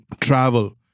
travel